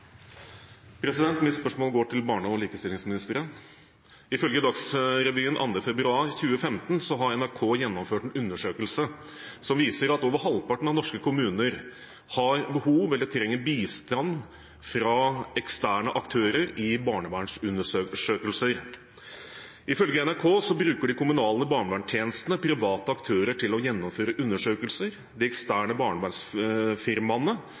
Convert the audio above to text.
likestillingsministeren. Ifølge Dagsrevyen 2. februar 2015 har NRK gjennomført en undersøkelse som viser at over halvparten av norske kommuner har behov for eller trenger bistand fra eksterne aktører i barnevernsundersøkelser. Ifølge NRK bruker de kommunale barneverntjenestene private aktører til å gjennomføre undersøkelser. De eksterne barnevernsfirmaene